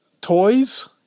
toys